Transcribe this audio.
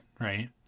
right